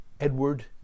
Edward